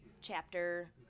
chapter